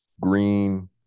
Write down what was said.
green